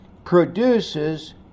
produces